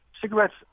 cigarettes